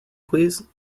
please